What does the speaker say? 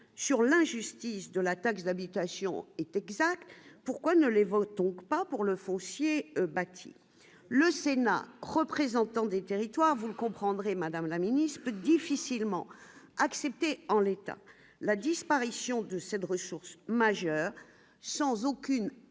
sur l'injustice de la taxe d'habitation est exact, pourquoi ne les votons pas pour le foncier bâti le Sénat représentant des territoires, vous comprendrez madame la Ministre, peut difficilement accepter en l'état, la disparition de de ressources majeure sans aucune information